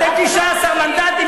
אתם 19 מנדטים,